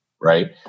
right